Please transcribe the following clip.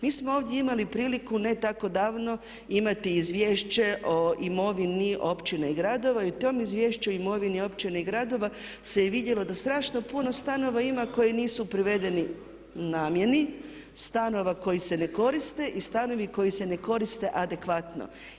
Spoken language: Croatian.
Mi smo ovdje imali priliku ne tako davno imati izvješće o imovini općina i gradova i u tom izvješću o imovini općina i gradova se je vidjelo da strašno puno stanova ima koji nisu privedeni namjeni, stanova koji se ne koriste i stanovi koji se ne koriste adekvatno.